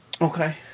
Okay